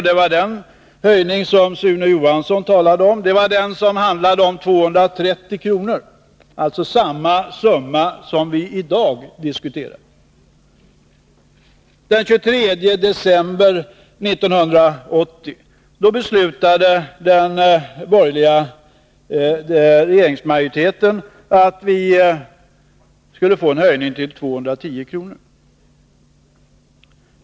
Det var den höjning som Sune Johansson talade om, den som handlar om 230 kr. — alltså samma summa som vi i dag diskuterar. Den 23 december 1980 beslutade den borgerliga regeringen att det skulle bli en höjning till 210 kr.